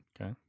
Okay